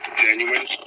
genuine